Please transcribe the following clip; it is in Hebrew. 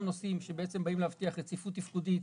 נושאים שבאים להבטיח רציפות תפקודית,